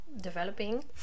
developing